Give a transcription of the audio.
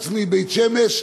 חוץ מבית-שמש,